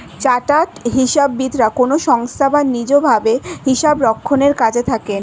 chartered হিসাববিদরা কোনো সংস্থায় বা নিজ ভাবে হিসাবরক্ষণের কাজে থাকেন